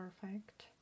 perfect